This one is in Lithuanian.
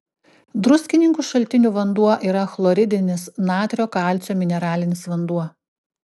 druskininkų šaltinių vanduo yra chloridinis natrio kalcio mineralinis vanduo